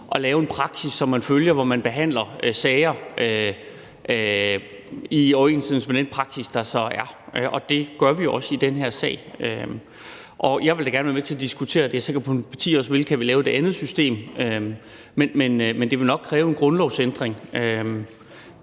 at lave en praksis, som man følger, hvor man behandler sager i overensstemmelse med den praksis, der så er. Og det gør vi også i den her sag. Og jeg vil da gerne være med til at diskutere – og det er jeg sikker på at mit parti også vil – om vi kan lave et andet system. Men det vil nok kræve en grundlovsændring,